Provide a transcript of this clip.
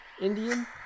Indian